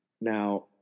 Now